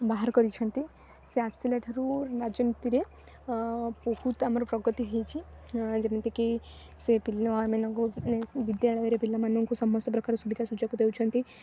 ବାହାର କରିଛନ୍ତି ସେ ଆସିଲା ଠାରୁ ରାଜନୀତିରେ ବହୁତ ଆମର ପ୍ରଗତି ହୋଇଛି ଯେମିତିକି ସେ ପିଲାମାନଙ୍କୁ ମାନେ ବିଦ୍ୟାଳୟରେ ପିଲାମାନଙ୍କୁ ସମସ୍ତ ପ୍ରକାର ସୁବିଧା ସୁଯୋଗ ଦେଉଛନ୍ତି